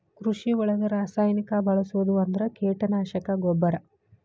ಕೃಷಿ ಒಳಗ ರಾಸಾಯನಿಕಾ ಬಳಸುದ ಅಂದ್ರ ಕೇಟನಾಶಕಾ, ಗೊಬ್ಬರಾ